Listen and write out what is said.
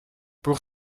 pour